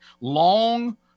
long